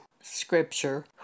scripture